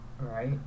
Right